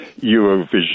Eurovision